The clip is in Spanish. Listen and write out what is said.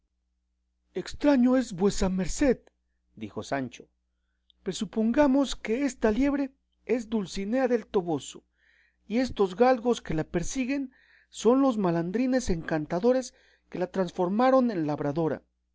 estraño es vuesa merced dijo sancho presupongamos que esta liebre es dulcinea del toboso y estos galgos que la persiguen son los malandrines encantadores que la transformaron en labradora